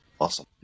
Awesome